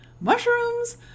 mushrooms